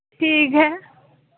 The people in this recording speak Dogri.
ठीक ऐ